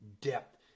depth